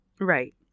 Right